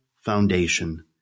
foundation